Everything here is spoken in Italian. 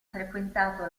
frequentato